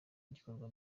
gikorwa